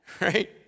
Right